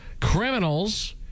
criminals